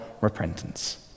repentance